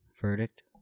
verdict